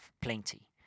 plenty